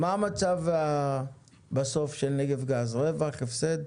מה המצב בסוף של נגב גז, רווח הפסד?